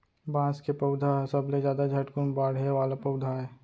बांस के पउधा ह सबले जादा झटकुन बाड़हे वाला पउधा आय